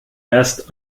erst